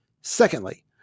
Secondly